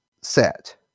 set